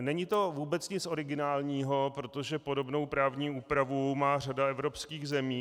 Není to vůbec nic originálního, protože podobnou právní úpravu má řada evropských zemí.